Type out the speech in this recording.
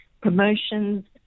promotions